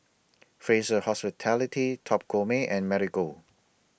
Fraser Hospitality Top Gourmet and Marigold